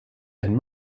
and